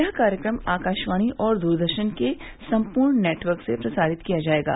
यह कार्यक्रम आकाशवाणी और दूरदर्शन के सम्पूर्ण नेटवर्क से प्रसारित किया जायेगा